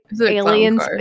aliens